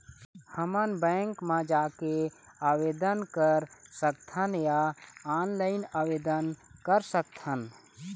हमन बैंक मा जाके आवेदन कर सकथन या ऑनलाइन आवेदन कर सकथन?